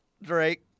Drake